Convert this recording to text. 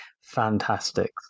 fantastic